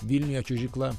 vilniuje čiuožykla